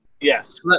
Yes